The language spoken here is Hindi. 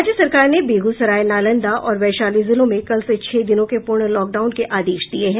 राज्य सरकार ने बेगूसराय नालंदा और वैशाली जिलों में कल से छह दिनों के पूर्ण लॉकडाउन के आदेश दिये हैं